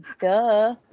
duh